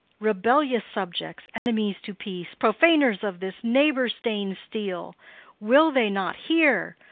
rebellious subjects, enemies to peace, profaners of this neighbour-stained steel will they not hear?